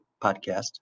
podcast